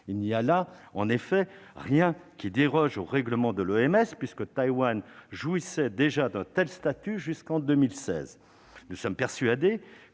il n'y a là rien qui déroge au règlement de l'OMS, puisque Taïwan jouissait déjà d'un tel statut avant 2016. Nous sommes persuadés